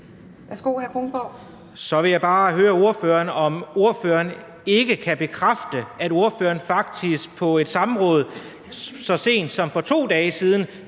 Så vil jeg bare høre ordføreren, om ikke ordføreren kan bekræfte, at ordføreren faktisk på et samråd så sent som for 2 dage siden